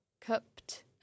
cupped